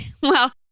Well-